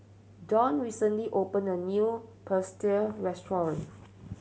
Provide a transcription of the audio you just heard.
Dawn recently opened a new Pretzel restaurant